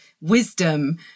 wisdom